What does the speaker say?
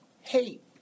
hate